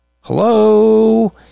Hello